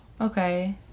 Okay